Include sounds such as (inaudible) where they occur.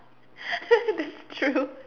(laughs) that's true